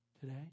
Today